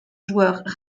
joueur